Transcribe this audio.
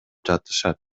жатышат